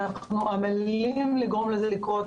אנחנו עמלים לגרום לזה לקרות,